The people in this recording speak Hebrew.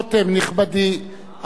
השר עונה לך.